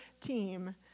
team